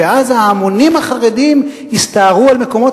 ואז ההמונים החרדים יסתערו על מקומות